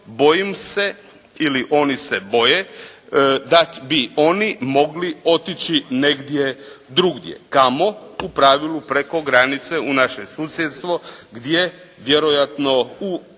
bojim se ili oni se boje da bi oni mogli otići negdje drugdje, kamo, u pravilu preko granice, u naše susjedstvo, gdje vjerojatno u